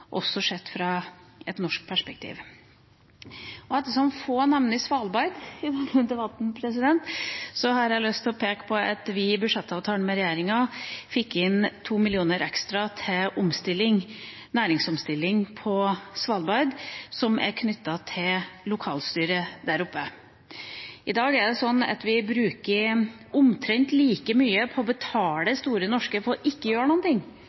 også sett fra et norsk perspektiv. Ettersom få nevner Svalbard, har jeg lyst til å peke på at vi i budsjettavtalen med regjeringa fikk inn 2 mill. kr ekstra til næringsomstilling på Svalbard, knyttet til lokalstyret der oppe. I dag bruker vi omtrent like mye på å betale Store Norske for ikke å gjøre noen ting,